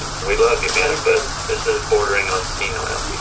we love you man but this is bordering on senile.